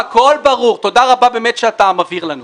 תודה רבה שאתה מבהיר לנו.